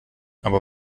aber